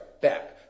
back